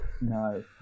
No